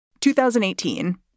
2018